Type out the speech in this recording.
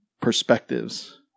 perspectives